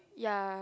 ya